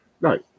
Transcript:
right